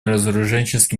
разоруженческий